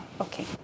okay